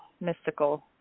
mystical